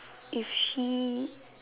if she